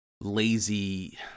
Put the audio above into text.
lazy